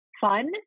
fun